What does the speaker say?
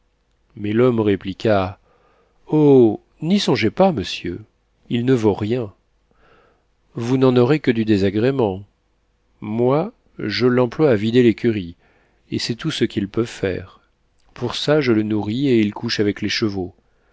mais l'homme répliqua oh n'y songez pas monsieur il ne vaut rien vous n'en aurez que du désagrément moi je l'emploie à vider l'écurie et c'est tout ce qu'il peut faire pour ça je le nourris et il couche avec les chevaux